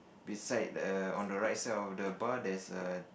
beside err on the right side of the bar there's a